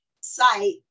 site